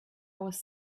was